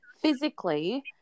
physically